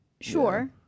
sure